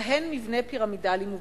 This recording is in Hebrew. שלהן מבנה פירמידלי מובהק.